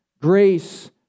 grace